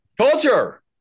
Culture